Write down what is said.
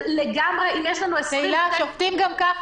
אבל, לגמרי אם יש לנו --- תהילה, שופטים גם כך